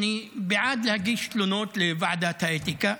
אני בעד להגיש תלונות לוועדת האתיקה,